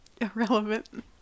Irrelevant